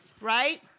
right